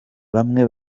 bamwe